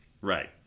Right